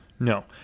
No